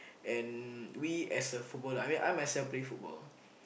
and we as a football I mean I myself play football